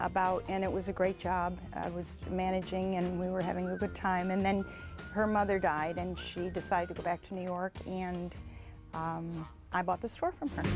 about and it was a great job i was managing and we were having a good time and then her mother died and she decided to go back to new york and i bought the store from